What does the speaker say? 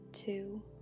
Two